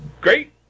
Great